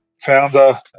founder